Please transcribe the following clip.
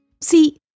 See